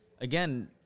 again